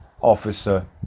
officer